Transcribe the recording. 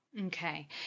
Okay